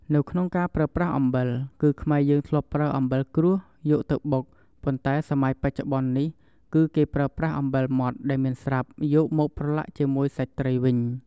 នៅក្នុងការប្រើប្រាស់អំបិល គឺខ្មែរយើងធ្លាប់ប្រើអំបិលគ្រួសយកទៅបុក ប៉ុន្តែសម័យបច្ចុប្បន្ននេះ គឺគេប្រើប្រាស់អំបិលម៉ត់ដែលមានស្រាប់យកមកប្រឡាក់ជាមួយសាច់ត្រីវិញ។